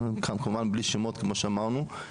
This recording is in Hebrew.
כמובן בלי שמות כמו שאמרנו,